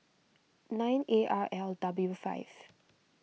nine A R L W five